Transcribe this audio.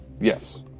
yes